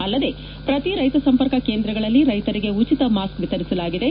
ಅಲ್ಲದೆ ಪ್ರತಿ ರೈತ ಸಂಪರ್ಕ ಕೇಂದ್ರಗಳಲ್ಲಿ ರೈತರಿಗೆ ಉಚಿತ ಮಾಸ್ಕ್ ವಿತರಿಸಲಾಗಿದೆ